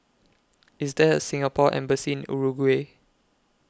IS There A Singapore Embassy in Uruguay